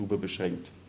beschränkt